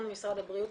ממשרד הבריאות,